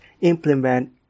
implement